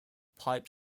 pipe